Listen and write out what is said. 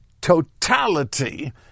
totality